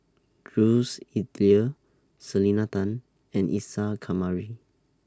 Jules Itier Selena Tan and Isa Kamari